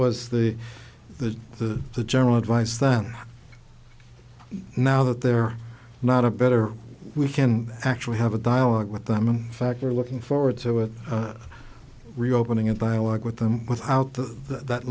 was the the the the general advice than now that they're not a better we can actually have a dialogue with them in fact we're looking forward to reopening a dialogue with them with